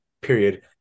period